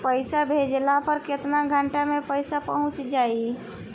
पैसा भेजला पर केतना घंटा मे पैसा चहुंप जाई?